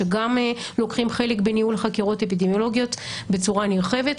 שגם לוקחים חלק בניהול חקירות אפידמיולוגיות בצורה נרחבת,